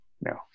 No